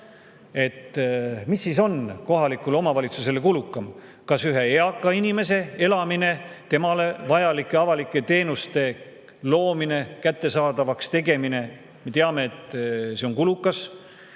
Mis siis on kohalikule omavalitsusele kulukam? Kas ühe eaka inimese elamine, temale vajalike avalike teenuste loomine ja kättesaadavaks tegemine? Me teame, et see on kulukas